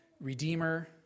Redeemer